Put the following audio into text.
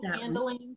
handling